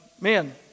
Man